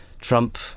Trump